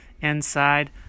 inside